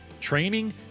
training